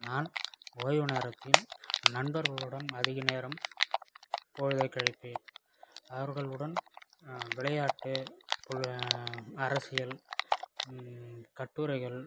நான் ஓய்வு நேரத்தில் நண்பர்களுடன் அதிக நேரம் பொழுதை கழிப்பேன் அவர்களுடன் விளையாட்டு பொழு அரசியல் கட்டுரைகள்